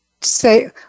say